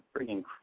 freaking